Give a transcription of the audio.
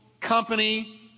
company